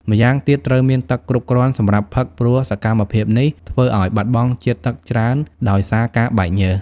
ម្យ៉ាងទៀត ត្រូវមានទឹកគ្រប់គ្រាន់សម្រាប់ផឹកព្រោះសកម្មភាពនេះធ្វើឱ្យបាត់បង់ជាតិទឹកច្រើនដោយសារការបែកញើស។